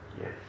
Yes